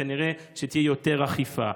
כנראה תהיה יותר אכיפה,